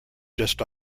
just